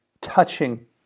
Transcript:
touching